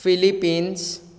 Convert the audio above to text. Philippines